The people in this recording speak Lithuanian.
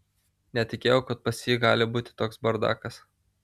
netikėjau kad pas jį gali būti toks bardakas